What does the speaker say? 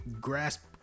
grasp